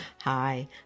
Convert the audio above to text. Hi